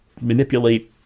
manipulate